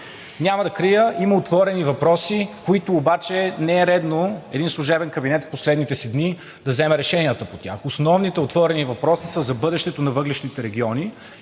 Няма да крия – има отворени въпроси, които обаче не е редно един служебен кабинет в последните си дни да взема решенията по тях. Основните отворени въпроси са за бъдещето на въглищните региони